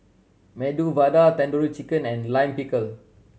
Medu Vada Tandoori Chicken and Lime Pickle